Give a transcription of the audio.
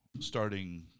starting